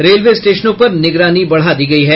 railway स्टेशनों पर निगरानी बढ़ा दी गयी है